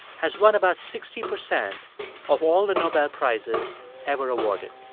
has won about sixty percent of all the nobel prizes ever awarded.